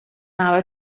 hour